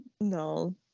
No